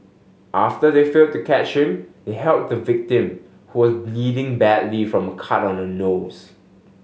after they failed to catch him they helped the victim who was bleeding badly from a cut on her nose